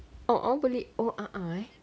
oh unbelievable oh uh uh ya